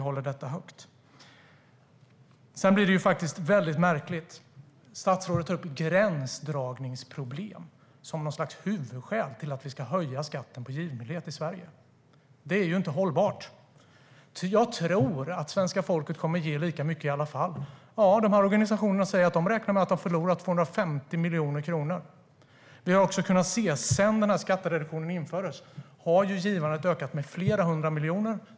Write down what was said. Det blir väldigt märkligt när statsrådet tar upp gränsdragningsproblem som något slags huvudskäl till att vi ska höja skatten på givmildhet i Sverige. Det är inte hållbart. Statsrådet tror att svenska folket kommer att ge lika mycket i alla fall. Men de här organisationerna säger att de räknar med att ha förlorat 250 miljoner kronor. Sedan skattereduktionen infördes har givandet ökat med flera hundra miljoner.